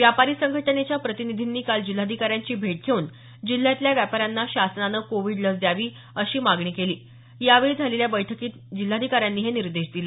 व्यापारी संघटनेच्या प्रतिनिधींनी काल जिल्हाधिकाऱ्यांची भेट घेऊन जिल्ह्यातल्या व्यापाऱ्यांना शासनानं कोविड लस च्यावी अशी मागणी केली यावेळी झालेल्या बैठकीत जिल्हाधिकाऱ्यांनी हे निर्देश दिले